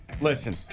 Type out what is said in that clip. listen